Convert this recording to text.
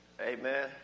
Amen